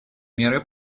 меры